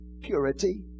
purity